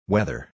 Weather